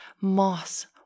moss